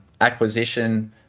acquisition